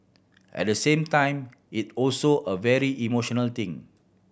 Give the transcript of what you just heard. at the same time it also a very emotional thing